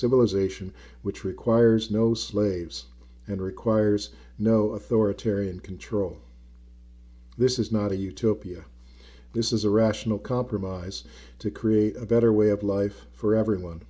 civilization which requires no slaves and requires no authoritarian control this is not a utopia this is a rational compromise to create a better way of life for everyone